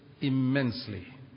immensely